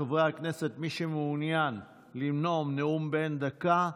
חברי הכנסת, מי שמעוניין לנאום נאום בן דקה,